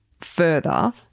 further